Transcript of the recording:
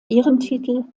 ehrentitel